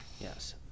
Yes